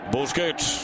Busquets